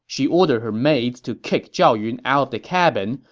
she ordered her maids to kick zhao yun out of the cabin,